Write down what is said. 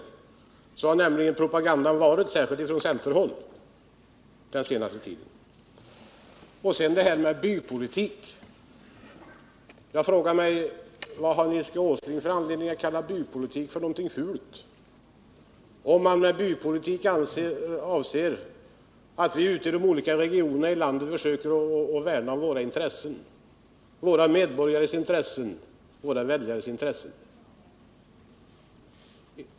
Sådan har nämligen propagandan under den senaste tiden varit, särskilt ifrån centerhåll. Vad sedan gäller frågan om bypolitik, så frågar jag mig vilken anledning Nils G. Åsling har att tala om bypolitik som någonting fult, om man med bypolitik avser att vi ute i de olika regionerna i landet försöker värna om våra medborgares och väljares intressen.